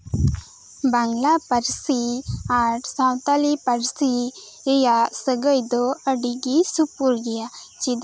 ᱵᱟᱝᱞᱟ ᱯᱟᱹᱨᱥᱤ ᱟᱨ ᱥᱟᱱᱛᱟᱲᱤ ᱯᱟᱹᱨᱥᱤ ᱨᱮᱭᱟᱜ ᱥᱟᱹᱜᱟᱹᱭ ᱫᱚ ᱟᱹᱰᱤ ᱜᱮ ᱥᱩᱯᱩᱨ ᱜᱮᱭᱟ